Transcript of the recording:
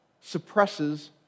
suppresses